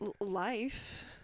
life